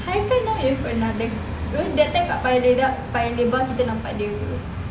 haikal now with another girl that time kat paya ledar~ paya lebar kita nampak dia [pe]